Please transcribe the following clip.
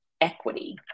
equity